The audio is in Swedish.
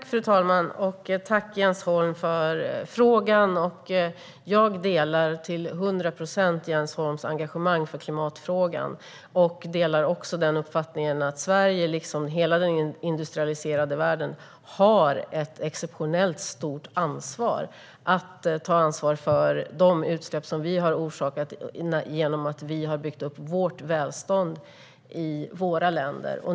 Fru talman! Tack, Jens Holm, för frågan! Jag delar till hundra procent Jens Holms engagemang för klimatfrågan. Jag delar också uppfattningen att Sverige liksom hela den industrialiserade världen har ett exceptionellt stort ansvar för de utsläpp som vi har orsakat genom att vi har byggt upp vårt välstånd i våra länder.